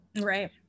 Right